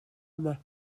yma